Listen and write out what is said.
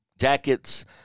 jackets